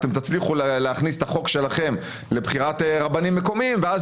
אתם תצליחו להכניס את החוק שלכם לבחירת רבנים מקומיים ואז